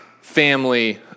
family